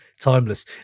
Timeless